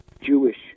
Jewish